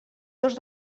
dos